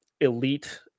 elite